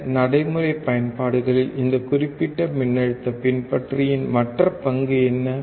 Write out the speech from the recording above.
பிற நடைமுறை பயன்பாடுகளில் இந்தக் குறிப்பிட்ட மின்னழுத்தப் பின்பற்றியின் மற்ற பங்கு என்ன